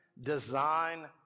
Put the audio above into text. design